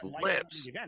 lips